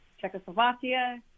Czechoslovakia